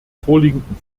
vorliegenden